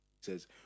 says